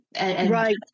right